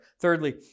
Thirdly